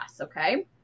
okay